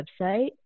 website